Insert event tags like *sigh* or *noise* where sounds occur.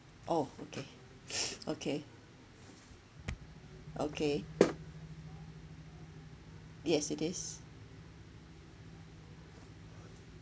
oh okay *breath* okay okay yes it is